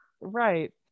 Right